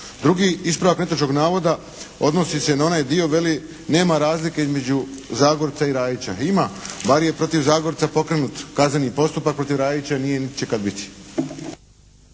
Drugi ispravak netočnog navoda odnosi se na onaj dio, kaže: "Nema razlike između Zagorca i Rajića.". Ima. Bar je protiv Zagorca pokrenut kazneni postupak, protiv Rajića nije i niti će ikad biti.